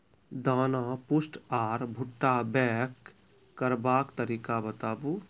दाना पुष्ट आर भूट्टा पैग करबाक तरीका बताऊ?